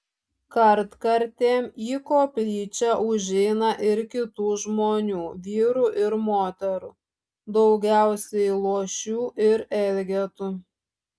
kartkartėm į koplyčią užeina ir kitų žmonių vyrų ir moterų daugiausiai luošių ir elgetų